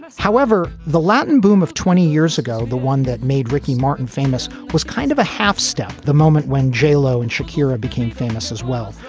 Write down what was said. however, the latin boom of twenty years ago, the one that made ricky martin famous, was kind of a half-step the moment when j-lo and shakira became famous as well,